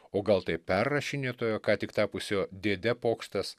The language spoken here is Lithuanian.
o gal tai perrašinėtojo ką tik tapusio dėde pokštas